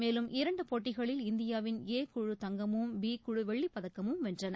மேலும் இரண்டு போட்டிகளில் இந்தியாவின் ஏ குழு தங்கமும் பி குழு வெள்ளிப்பதக்கமும் வென்றன